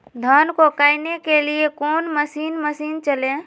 धन को कायने के लिए कौन मसीन मशीन चले?